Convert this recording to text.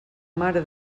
mare